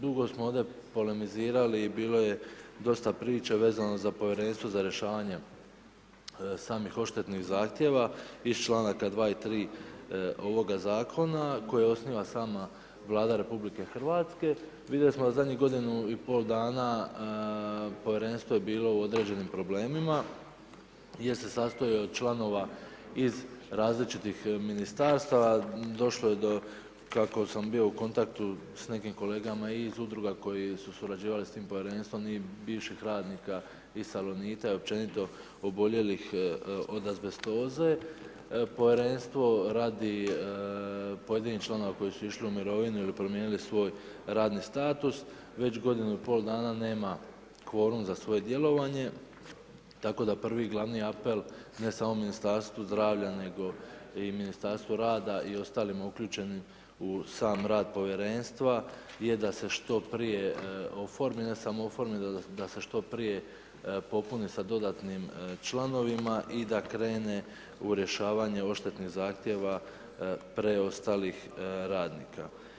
Dugo smo ovdje polemizirali, bilo je dosta priča vezano za Povjerenstvo za rješavanje samih odštetnih zahtjeva iz članaka 2. i 3. ovoga Zakona, koje osniva sama Vlada Republike Hrvatske, vidjeli smo u zadnjih godinu i pol dana, Povjerenstvo je bilo u određenim problemima, jer se sastoji od članova iz različitih ministarstva, došlo je do, kako sam bio u kontaktu s nekim kolega i iz Udruga koje su surađivale s tim Povjerenstvom i bivših radnika iz Salonita i općenito oboljelih od azbestoze, Povjerenstvo radi pojedinih članova koji su išli u mirovini ili promijenili svoj radni status, već godini pol dana nema kvorum za svoje djelovanje, tako da prvi i glavni apel ne samo Ministarstvu zdravlja nego Ministarstvu rada i ostalim uključenim u sam rad Povjerenstva je da se što prije oforme, ne samo oforme da se što prije popune sa dodatnim članovima i da krene u rješavanje odštetnih zahtjeva preostalih radnika.